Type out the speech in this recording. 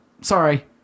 sorry